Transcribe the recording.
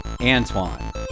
Antoine